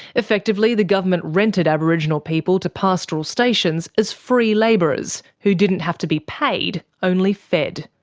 effectively the government rented aboriginal people to pastoral stations as free labourers who didn't have to be paid, only fed.